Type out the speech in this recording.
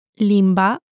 Limba